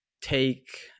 take